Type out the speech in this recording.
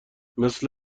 مثل